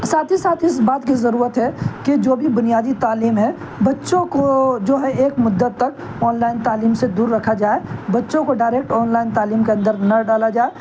ساتھ ہی ساتھ اس بات کی ضرورت ہے کہ جو بھی بنیادی تعلیم ہے بچوں کو جو ہے ایک مدت تک آنلائن تعلیم سے دور رکھا جائے بچوں کو ڈائریکٹ آنلائن تعلیم کے اندر نہ ڈالا جائے